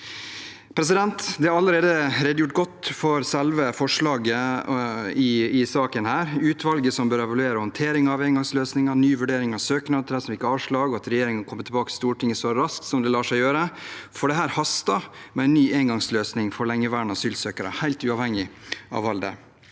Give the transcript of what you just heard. ordningen. Det er allerede redegjort godt for selve forslaget i saken – om utvalget som bør evaluere håndteringen av engangsløsningen, ny vurdering av søknadene til dem som fikk avslag, og at regjeringen kommer tilbake til Stortinget så raskt som det lar seg gjøre. Det haster med en ny engangsløsning for lengeværende asylsøkere, helt uavhengig av alder.